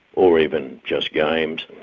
or even just games,